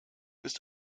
ist